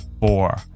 four